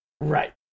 Right